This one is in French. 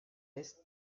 est